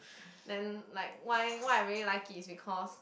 then like why why I really like it is because